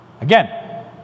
Again